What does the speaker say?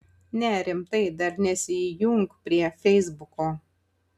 ne rimtai dar nesijunk prie feisbuko